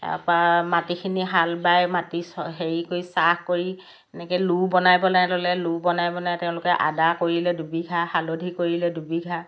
তাপা মাটিখিনি হাল বাই মাটি হেৰি কৰি চাহ কৰি এনেকৈ লো বনাই বনাই ল'লে লো বনাই বনাই তেওঁলোকে আদা কৰিলে দুবিঘা হালধি কৰিলে দুবিঘা